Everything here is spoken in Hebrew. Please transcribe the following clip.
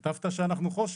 כתבת שאנחנו חושך.